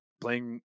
playing